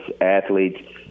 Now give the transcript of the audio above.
athletes